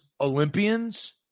Olympians